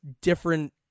different